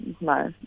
no